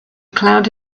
cloud